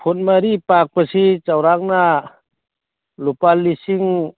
food ꯃꯔꯤ ꯄꯥꯛꯄꯁꯤ ꯆꯥꯎꯔꯥꯛꯅ ꯂꯨꯄꯥ ꯂꯤꯁꯤꯡ